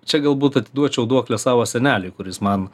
čia galbūt atiduočiau duoklę savo seneliui kuris man